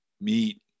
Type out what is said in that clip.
meat